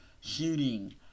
shooting